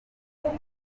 kwari